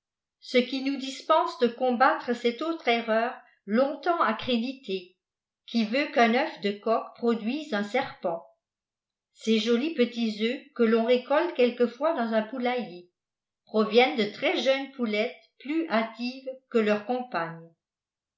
ce qui nous dispense de combattre cette autre erreur longtemps accréditée qui veut qu'un œuf de coq produise un seront ces jolis petits œufs que ton récolte quelquefois dans un poulailler proviennent de très jeunes poulettes plus hâtives que leurs compagnes